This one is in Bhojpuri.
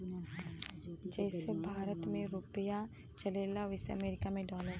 जइसे भारत मे रुपिया चलला अमरीका मे डॉलर चलेला